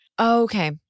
Okay